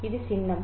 இது சின்னம்